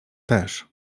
też